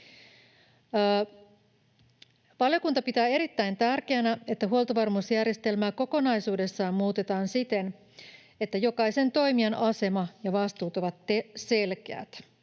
Valiokunta pitää erittäin tärkeänä, että huoltovarmuusjärjestelmää kokonaisuudessaan muutetaan siten, että jokaisen toimijan asema ja vastuut ovat selkeät.